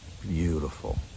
beautiful